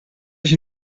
ich